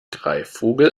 greifvogel